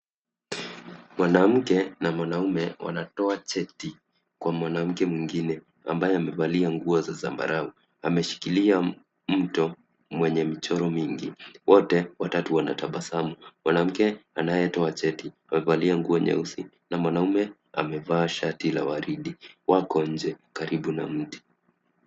Mwanamke na mwanaume wanatoa cheti kwa mwanamke mwingine ambaye amevalia nguo zambarau, ameshikilia mwenye mchoro mwingi, wote watatu wanatabasamu, mwanamke anayetoa cheti amevalia nguo nyeusi na mwanaume amevaa shati la waridi wako nje karibu na mti.